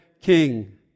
King